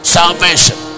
Salvation